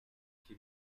que